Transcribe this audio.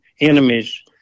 enemies